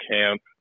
camp